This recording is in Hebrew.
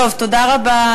תודה רבה,